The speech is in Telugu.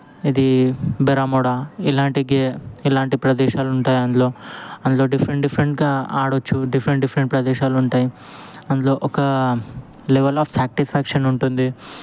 ఇదీ బెరామోడా ఇలాంటి గే ఇలాంటి ప్రదేశాలుంటాయి అందులో అందులో డిఫరెంట్ డిఫరెంట్గా ఆడొచ్చు డిఫరెంట్ డిఫరెంట్ ప్రదేశాలుంటాయి అందులో ఒకా లెవల్ ఆఫ్ సాటిస్ఫ్యాక్షన్ ఉంటుంది